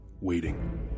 waiting